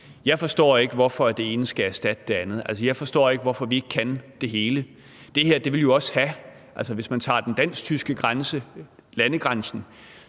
Jeg forstår ikke, hvorfor det ene skal erstatte det andet. Altså, jeg forstår ikke, hvorfor vi ikke kan det hele. Hvis man tager den dansk-tyske grænse,